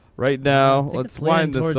right now, let's widen